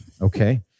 Okay